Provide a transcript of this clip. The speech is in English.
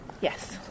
Yes